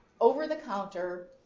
over-the-counter